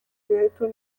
بهتون